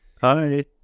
Hi